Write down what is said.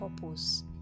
purpose